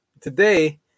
Today